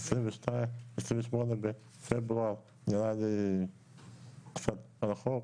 28 בפברואר נראה לי קצת רחוק.